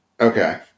Okay